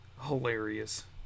hilarious